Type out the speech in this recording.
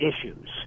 issues